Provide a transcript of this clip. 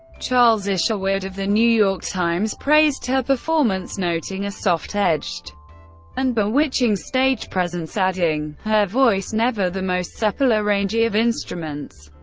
charles isherwood of the new york times praised her performance, noting a soft-edged and bewitching stage presence, adding her voice, never the most supple or rangy of instruments,